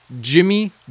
Jimmy